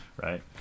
right